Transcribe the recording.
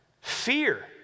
Fear